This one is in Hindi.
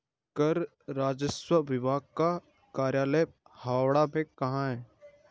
कर राजस्व विभाग का कार्यालय हावड़ा में कहाँ है?